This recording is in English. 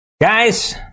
Guys